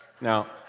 Now